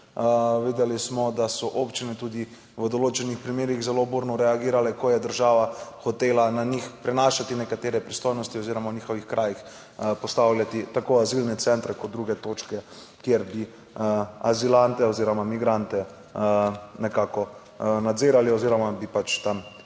Videli smo, da so občine tudi v določenih primerih zelo burno reagirale, ko je država hotela na njih prenašati nekatere pristojnosti oziroma v njihovih krajih postavljati tako azilne centre kot druge točke, kjer bi azilante oziroma migrante nekako nadzirali oziroma bi pač tam